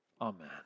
amen